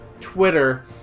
Twitter